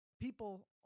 people